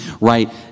right